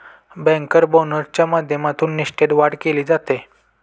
banker बोनसच्या माध्यमातून निष्ठेत वाढ केली जाते